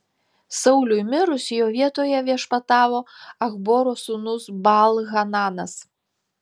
sauliui mirus jo vietoje viešpatavo achboro sūnus baal hananas